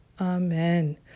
amen